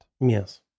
Yes